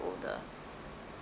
older